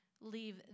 leave